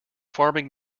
farming